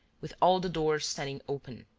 with all the doors standing open.